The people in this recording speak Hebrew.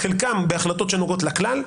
חלקן בהחלטות שנוגעות לכלל,